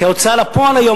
כי ההוצאה לפועל היום,